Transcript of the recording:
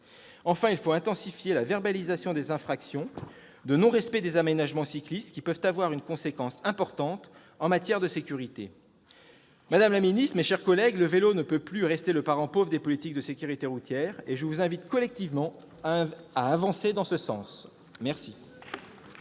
Enfin, il faut intensifier la verbalisation des infractions de non-respect des aménagements cyclistes, qui peuvent avoir une conséquence importante en matière de sécurité. Madame la ministre, mes chers collègues, le vélo ne peut plus rester le parent pauvre des politiques de sécurité routière. C'est pourquoi je vous invite à avancer en ce sens. La